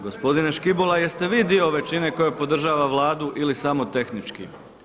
Gospodine Škibola jeste vi dio većine koja podržava Vladu ili samo tehnički?